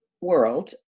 world